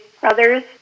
Brothers